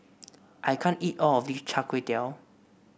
I can't eat all of this Char Kway Teow